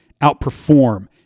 outperform